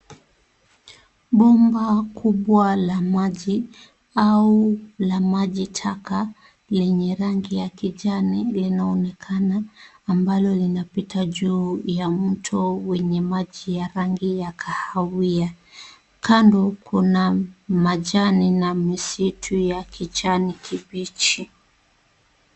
Bomba kubwa la maji, au la maji taka, lenye rangi ya kijani linaonekana ambalo linapitia juu ya mto wenye rangi ya kahawiya. Kando Kuna majani na misitu ya kijani kibichi.